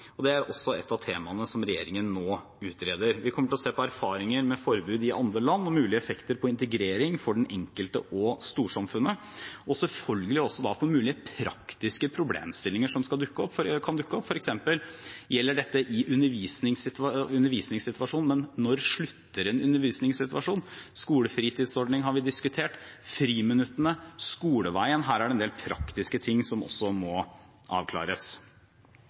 forpliktelser. Det er også et av temaene som regjeringen nå utreder. Vi kommer til å se på erfaringer med forbud i andre land og mulige effekter på integrering for den enkelte og storsamfunnet og selvfølgelig også på mulige praktiske problemstillinger som kan dukke opp. For eksempel: Dette gjelder undervisningssituasjoner, men når slutter en undervisningssituasjon? Skolefritidsordningen har vi diskutert. Friminuttene, skoleveien – her er det en del praktiske ting som også må avklares.